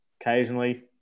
occasionally